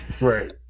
Right